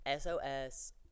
SOS